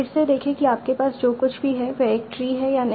फिर से देखें कि आपके पास जो कुछ भी है वह एक ट्री है या नहीं